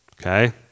Okay